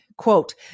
Quote